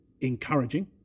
encouraging